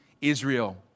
Israel